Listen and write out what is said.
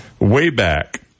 Wayback